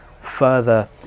further